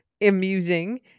amusing